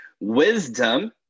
Wisdom